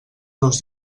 dos